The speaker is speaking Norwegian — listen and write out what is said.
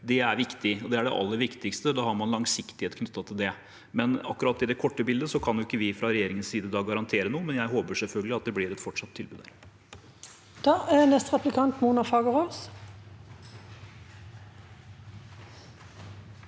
Det er viktig, det er det aller viktigste. Da har man langsiktighet knyttet til det. Akkurat i det korte bildet kan vi likevel ikke fra regjeringens side garantere noe, men jeg håper selvfølgelig at det blir et fortsatt tilbud. Mona Fagerås